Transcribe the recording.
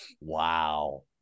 Wow